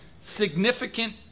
significant